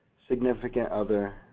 significant other,